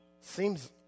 Seems